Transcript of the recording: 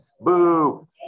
Boo